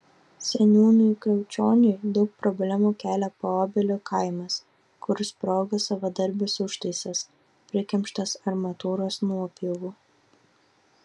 seniūnui kriaučioniui daug problemų kelia paobelio kaimas kur sprogo savadarbis užtaisas prikimštas armatūros nuopjovų